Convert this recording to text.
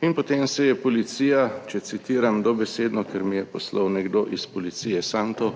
in potem se je policija, če citiram dobesedno - ker mi je poslal nekdo iz policije, samo to